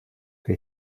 que